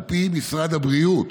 על פי משרד הבריאות,